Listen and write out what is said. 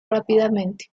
rápidamente